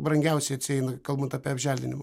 brangiausiai atsieina kalbant apie apželdinimą